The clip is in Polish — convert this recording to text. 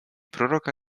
proroka